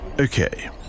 Okay